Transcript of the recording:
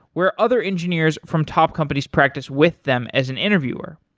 where other engineers from top companies practice with them as an interviewer.